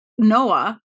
Noah